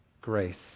Grace